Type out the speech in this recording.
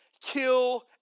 kill